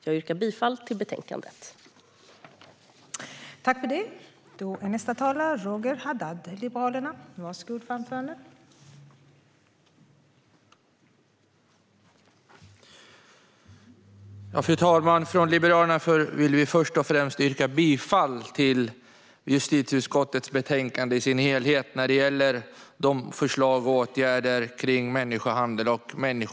Jag yrkar bifall till utskottets förslag.